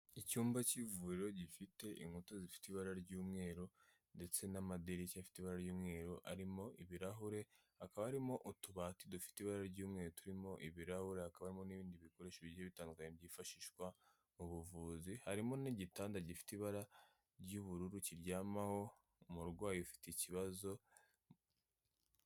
Icyumba cy'ivuriro gifite inkuta zifite ibara ry'umweru ndetse n'amadirishya afite ibara ry'umweru arimo ibirahure, hakaba harimo utubati dufite ibara ry'umweru turimo ibirahure, hakaba harimo n'ibindi bikoresho bigiye bitandukanye byifashishwa mu buvuzi, harimo n'igitanda gifite ibara ry'ubururu cyiryamaho umurwayi ufite icyibazo.